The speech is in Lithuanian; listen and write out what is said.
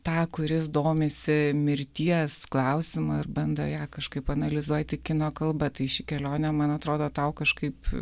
tą kuris domisi mirties klausimu ir bando ją kažkaip analizuoti kino kalba tai ši kelionė man atrodo tau kažkaip